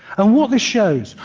and what this shows,